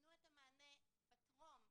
ייתנו את המענה בטרום,